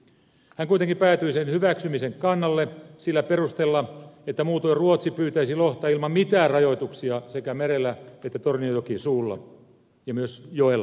hän kuitenkin päätyi sen hyväksymisen kannalle sillä perusteella että muutoin ruotsi pyytäisi lohta ilman mitään rajoituksia sekä merellä että tornionjokisuulla ja myös joella